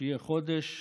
שיהיה חודש